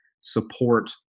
support